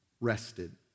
rested